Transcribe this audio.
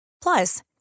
Plus